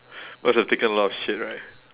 must have taken a lot of shit right